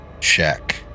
check